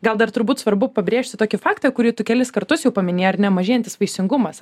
gal dar turbūt svarbu pabrėžti tokį faktą į kurį tu kelis kartus jau paminėjai ar ne mažėjantis vaisingumas